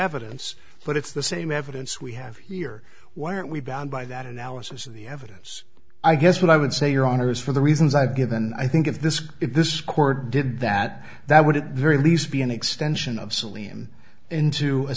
evidence but it's the same evidence we have here why aren't we bound by that analysis of the evidence i guess what i would say your honor is for the reasons i've given i think of this if this court did that that would at the very least be an extension of selenium into a